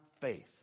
faith